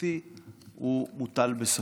החקיקתי מוטל בספק.